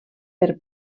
per